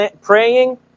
praying